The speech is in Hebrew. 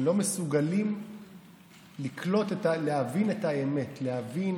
הם לא מסוגלים לקלוט, להבין את האמת, להבין